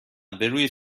بروی